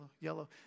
yellow